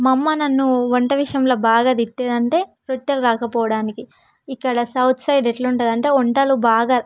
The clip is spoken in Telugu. మా అమ్మ నన్ను వంట విషయంలో బాగా తిట్టేది అంటే రొట్టెలు రాకపోవడానికి ఇక్కడ సౌత్ సైడ్ ఎలా ఉందంటే వంటలు బాగా